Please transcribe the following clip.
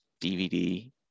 DVD